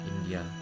India